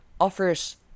offers